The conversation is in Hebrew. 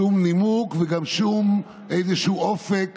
שום נימוק וגם שום איזשהו אופק